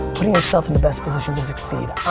putting yourself in the best position to succeed.